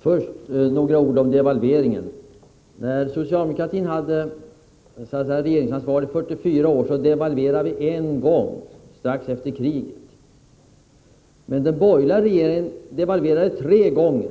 Fru talman! Först några ord om devalveringen. När socialdemokraterna hade regeringsansvaret under 44 år devalverade vi en gång, strax efter kriget. Men de borgerliga regeringarna devalverade tre gånger.